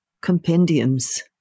compendiums